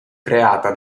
creata